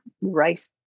rice